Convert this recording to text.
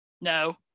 No